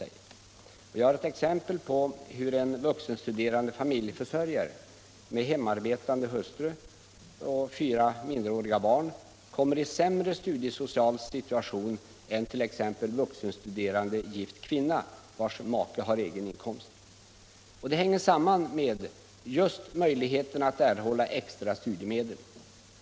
Jag har ett exempel på att en vuxenstuderande familjeförsörjare med hemarbetande hustru och fyra minderåriga barn kommer i sämre studiesocial situation än t.ex. vuxenstuderande gift kvinna, vars make har egen inkomst. Det hänger samman just med möjligheterna att erhålla extra studiemedel.